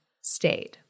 stayed